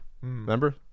Remember